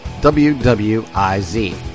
WWIZ